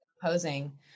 composing